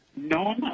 No